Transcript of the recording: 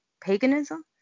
paganism